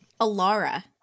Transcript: Alara